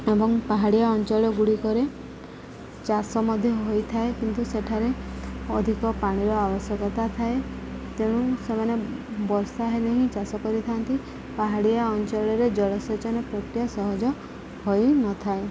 ଏବଂ ପାହାଡ଼ିଆ ଅଞ୍ଚଳଗୁଡ଼ିକରେ ଚାଷ ମଧ୍ୟ ହୋଇଥାଏ କିନ୍ତୁ ସେଠାରେ ଅଧିକ ପାଣିର ଆବଶ୍ୟକତା ଥାଏ ତେଣୁ ସେମାନେ ବର୍ଷା ହେଲେ ହିଁ ଚାଷ କରିଥାନ୍ତି ପାହାଡ଼ିଆ ଅଞ୍ଚଳରେ ଜଳସେଚନ ପ୍ରକ୍ରିୟା ସହଜ ହୋଇନଥାଏ